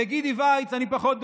לגידי וייץ אני פחות דואג,